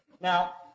Now